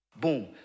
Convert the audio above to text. Boom